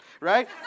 right